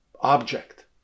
object